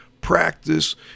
practice